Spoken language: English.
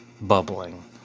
bubbling